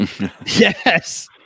Yes